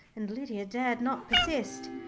and lydia dared not persist.